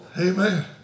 Amen